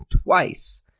twice